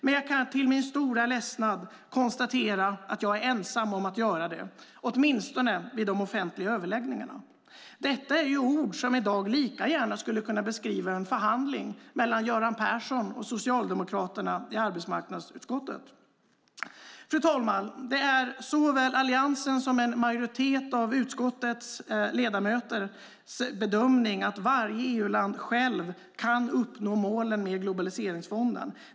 Men jag kan till min stora ledsnad konstatera att jag är ensam om att göra det, åtminstone vid de offentliga överläggningarna. Detta är ord som i dag lika gärna skulle kunna beskriva en förhandling mellan Göran Persson och socialdemokraterna i arbetsmarknadsutskottet. Fru talman! Det är såväl Alliansens som en majoritet av utskottets ledamöters bedömning att varje EU-land självt kan uppnå målen med globaliseringsfonden.